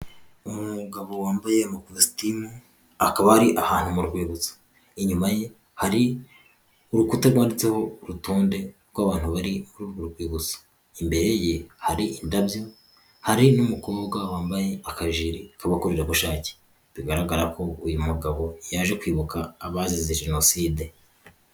Umugabo wambaye amakositimu akaba ari ahantu mu rwibutso, inyuma ye hari urukuta rwanditseho urutonde rw'abantu bari muri urwo rwibutso. Imbere ye hari indabyo, hari n'umukobwa wambaye akajire k'abakorerabushake, bigaragara ko uyu mugabo yaje kwibuka abazize jenoside.